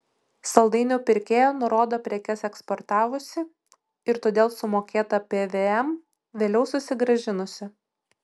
saldainių pirkėja nurodo prekes eksportavusi ir todėl sumokėtą pvm vėliau susigrąžinusi